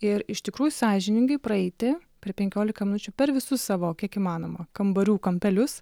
ir iš tikrųjų sąžiningai praeiti per penkiolika minučių per visus savo kiek įmanoma kambarių kampelius